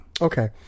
Okay